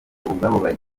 ubwabo